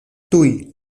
tuj